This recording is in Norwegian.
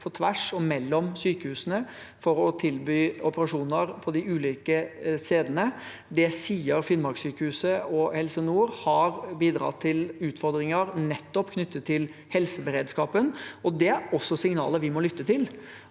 på tvers av og mellom sykehusene for å tilby operasjo ner de ulike stedene. Det sier Finnmarkssykehuset og Helse nord at har bidratt til utfordringer nettopp knyttet til helseberedskapen. Det er også signaler vi må lytte til.